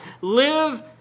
Live